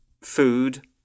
Food